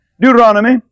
Deuteronomy